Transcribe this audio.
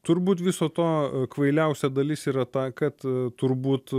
turbūt viso to kvailiausia dalis yra ta kad turbūt